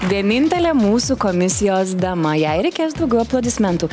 vienintelė mūsų komisijos dama jai reikės daugiau aplodismentų